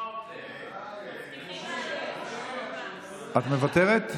את מוותרת?